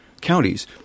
counties